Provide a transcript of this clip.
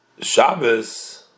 Shabbos